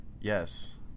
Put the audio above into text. Yes